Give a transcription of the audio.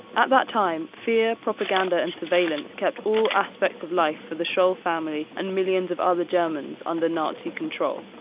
at that time, fear, propaganda, and surveillance kept all aspects of life for the scholl family and millions of other germans under nazi control.